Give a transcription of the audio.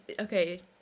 okay